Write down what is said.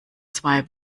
zwei